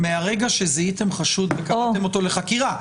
היא אם מהרגע שזיהיתם חשוד עיכבתם אותו לחקירה?